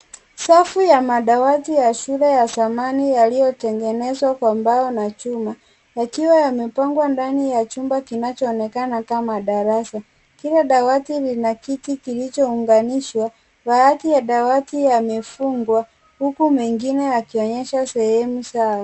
Safu ya madawati ya shule ya samani yaliyotengenezwa kwa mbao na chuma yakiwa yamepangwa ndani ya chumba kinachoonekana ndani kama darasa. Kila dawati lina kiti kilichounganishwa, baadhi ya dawati yamefungwa huku mengine yakionyesha sehemu zao.